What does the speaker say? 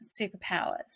superpowers